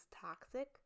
toxic